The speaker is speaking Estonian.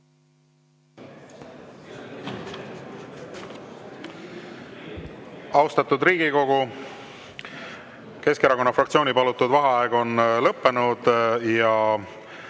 Austatud Riigikogu, Keskerakonna fraktsiooni palutud vaheaeg on lõppenud.